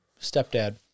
stepdad